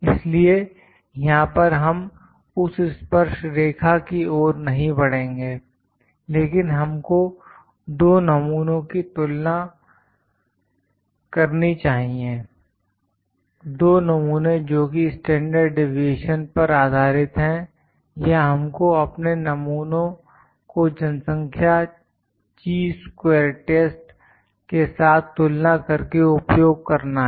इसलिए यहां पर हम उस स्पर्श रेखा की ओर नहीं बढ़ेंगे लेकिन हमको दो नमूनों की तुलना करनी चाहिए दो नमूने जोकि स्टैंडर्ड डीविएशन पर आधारित है या हमको अपने नमूनों को जनसंख्या ची स्क्वेर टेस्ट के साथ तुलना करके उपयोग करना है